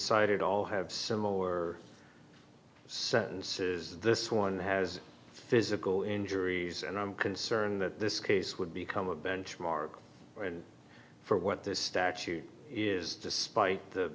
cited all have similar sentences this one has physical injuries and i'm concerned that this case would become a benchmark for what this statute is despite the